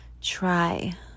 Try